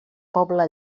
pobla